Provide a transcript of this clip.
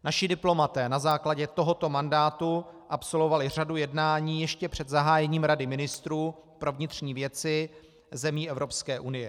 Naši diplomaté na základě tohoto mandátu absolvovali řadu jednání ještě před zahájením Rady ministrů pro vnitřní věci zemí Evropské unie.